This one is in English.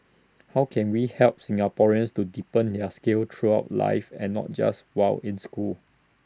how can we help Singaporeans to deepen their skills throughout life and not just while in school